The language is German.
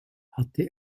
hatte